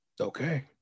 okay